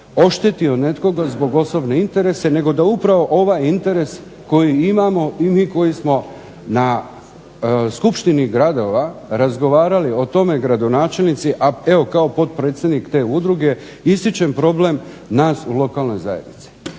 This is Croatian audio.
oštetio nekoga zbog osobnih interesa, nego da upravo ovaj interes koji imamo ili koji smo skupštini gradova razgovarali o tome gradonačelnici, a evo kao potpredsjednik te udruge ističem problem nas u lokalnoj zajednici.